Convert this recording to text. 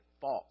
false